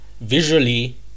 visually